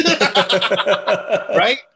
Right